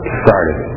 started